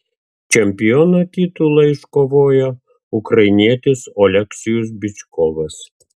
čempiono titulą iškovojo ukrainietis oleksijus byčkovas